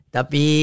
Tapi